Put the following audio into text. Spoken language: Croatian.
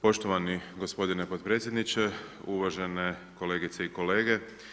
Poštovani gospodine potpredsjedniče, uvažene kolegice i kolege.